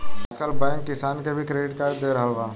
आजकल बैंक किसान के भी क्रेडिट कार्ड दे रहल बा